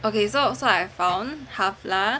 okay so so I found Hvala